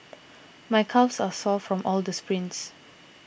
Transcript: my calves are sore from all the sprints